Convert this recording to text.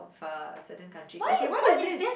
far a certain countries okay what is this